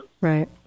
Right